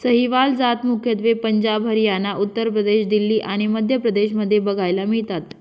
सहीवाल जात मुख्यत्वे पंजाब, हरियाणा, उत्तर प्रदेश, दिल्ली आणि मध्य प्रदेश मध्ये बघायला मिळतात